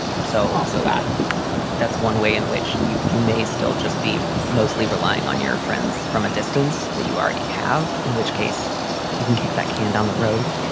so also that that's one way in which you you may still just be mostly relying on your friends from a distance that you already have. in which case you can kick the can down the road.